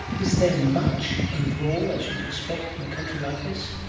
is there much overall, as you'd expect in a country like this?